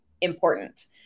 important